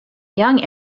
young